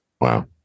Wow